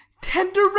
tender